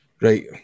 Right